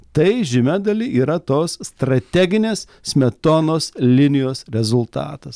tai žymia dali yra tos strateginės smetonos linijos rezultatas